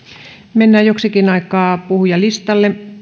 mennään joksikin aikaa puhujalistalle